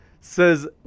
says